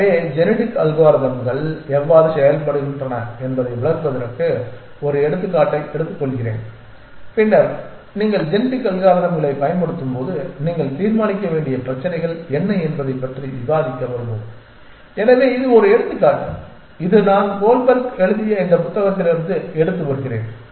எனவே ஜெனடிக் அல்காரித்ம்கள் எவ்வாறு செயல்படுகின்றன என்பதை விளக்குவதற்கு ஒரு எடுத்துக்காட்டை எடுத்துக்கொள்கிறேன் பின்னர் நீங்கள் ஜெனெடிக் அல்காரிதம்களைப் பயன்படுத்தும்போது நீங்கள் தீர்மானிக்க வேண்டிய பிரச்சினைகள் என்ன என்பதைப் பற்றி விவாதிக்க வருவோம் எனவே இது ஒரு எடுத்துக்காட்டு இது நான் கோல்ட்பர்க் எழுதிய இந்த புத்தகத்திலிருந்து எடுத்து வருகிறேன்